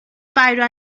biro